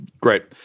Great